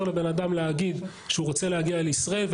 לבן אדם להגיד שהוא רוצה להגיע לישראל,